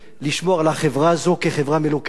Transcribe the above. לשמור על החברה הזאת כחברה מלוכדת.